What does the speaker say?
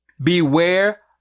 Beware